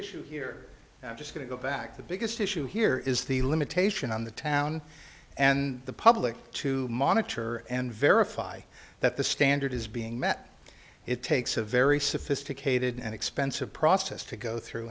issue here i'm just going to go back the biggest issue here is the limitation on the town and the public to monitor and verify that the standard is being met it takes a very sophisticated and expensive process to go through